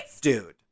Dude